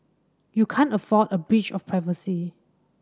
you can't afford a breach of privacy